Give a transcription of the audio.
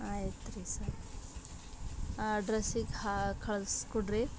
ಆಯ್ತು ರೀ ಸರ್ ಆ ಅಡ್ರಸ್ಸಿಗೆ ಆ ಕಳಿಸ್ಕೊಡ್ರಿ